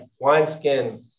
wineskin